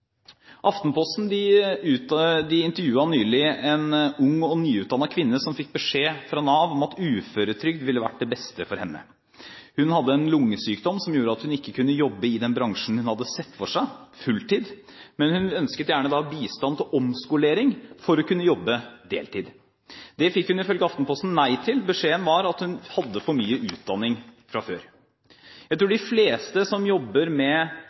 Aftenposten intervjuet nylig en ung, nyutdannet kvinne som fikk beskjed fra Nav om at uføretrygd ville vært det beste for henne. Hun hadde en lungesykdom som gjorde at hun ikke kunne jobbe fulltid i den bransjen hun hadde sett for seg, men hun ønsket gjerne bistand til omskolering for å kunne jobbe deltid. Det fikk hun ifølge Aftenposten nei til. Beskjeden var at hun hadde for mye utdanning fra før. Jeg tror de fleste som jobber med